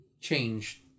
change